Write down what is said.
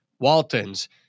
Waltons